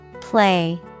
Play